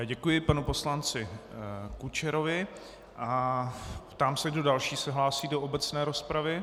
Děkuji panu poslanci Kučerovi a ptám se, kdo další se hlásí do obecné rozpravy.